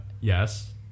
Yes